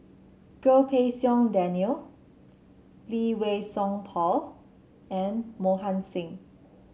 Goh Pei Siong Daniel Lee Wei Song Paul and Mohan Singh